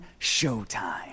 Showtime